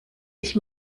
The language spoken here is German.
ich